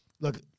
Look